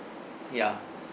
ya